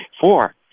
Four